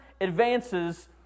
advances